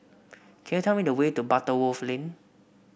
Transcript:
could you tell me the way to Butterworth Lane